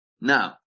Now